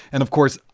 and, of course,